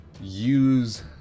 use